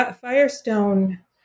Firestone